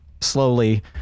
slowly